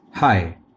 Hi